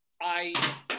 I-